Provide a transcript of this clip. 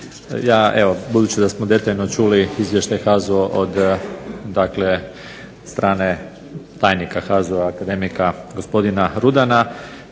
budući da smo detaljno čuli Izvještaj HAZU-a od dakle strane tajnika HAZU-a akademika gospodina Rudana